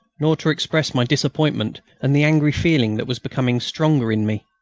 nor to express my disappointment and the angry feeling that was becoming stronger in me.